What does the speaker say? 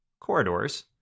corridors